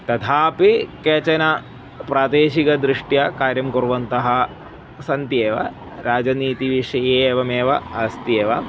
तथापि केचन प्रादेशिकदृष्ट्या कार्यं कुर्वन्तः सन्ति एव राजनीतिविषये एवमेव अस्ति एव